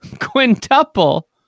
quintuple